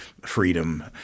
freedom